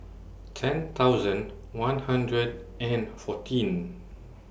ten thousand one hundred and fourteen